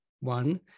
one